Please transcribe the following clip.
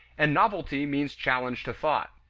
and novelty means challenge to thought.